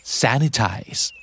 sanitize